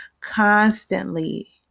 constantly